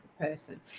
person